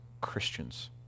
Christians